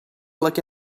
like